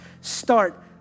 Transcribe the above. start